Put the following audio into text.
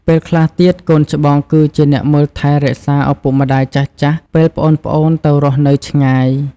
ពេលខ្លះទៀត កូនច្បងគឹជាអ្នកមើលថែរក្សាឪពុកម្ដាយចាស់ៗ ពេលប្អូនៗទៅរស់នៅឆ្ងាយ។